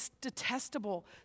detestable